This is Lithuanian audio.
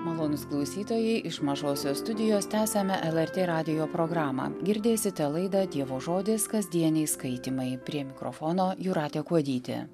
malonūs klausytojai iš mažosios studijos tęsiame lrt radijo programą girdėsite laidą dievo žodis kasdieniai skaitymai prie mikrofono jūratė kuodytė